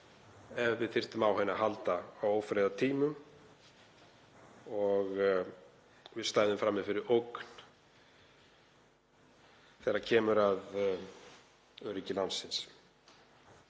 ef við þyrftum á henni að halda á ófriðartímum og við stæðum frammi fyrir ógn við öryggi landsins.